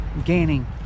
gaining